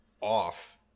off